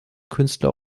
künstler